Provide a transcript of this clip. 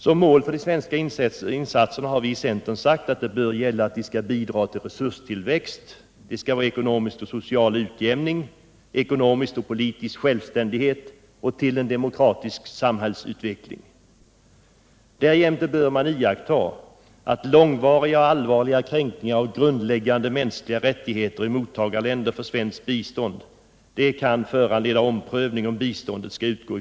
Som mål för de svenska insatserna har vi i centern satt att de skall bidra till resurstillväxt, till ekonomisk och social utjämning, till ekonomisk och politisk självständighet och till en demokratisk samhällsutveckling. Därjämte bör långvariga och allvarliga kränkningar av grundläggande mänskliga rättigheter i mottagarländer för svenskt bistånd föranleda omprövning av biståndet.